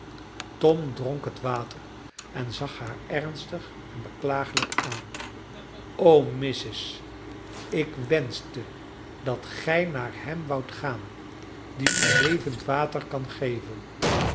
tom dronk het water en zag haar ernstig en beklagelijk aan o missis ik wenschte dat gij naar hem woudt gaan die u levend water kan geven